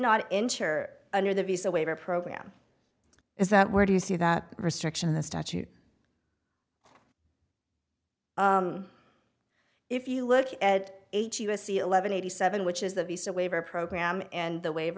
not enter under the visa waiver program is that where do you see that restriction the statute if you look at eight u s c eleven eighty seven which is the visa waiver program and the waive